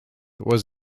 was